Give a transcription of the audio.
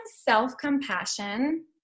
self-compassion